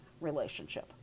relationship